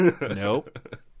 Nope